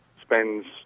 spends